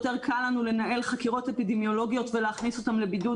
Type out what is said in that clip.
יותר קל לנו לנהל חקירות אפידמיולוגיות ולהכניס אותם לבידוד,